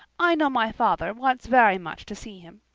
i know my father wants very much to see him.